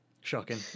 Shocking